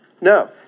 No